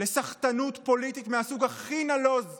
לסחטנות פוליטית מהסוג הכי נלוז ונמוך שאפשר.